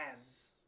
ads